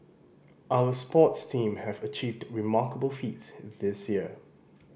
our sports team have achieved remarkable feats this year